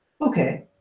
Okay